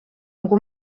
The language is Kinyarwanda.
ngo